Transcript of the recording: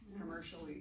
commercially